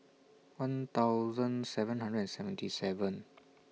one thousand seven hundred and seventy seven